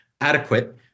adequate